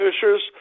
fishers